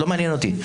לא מעניין אותי,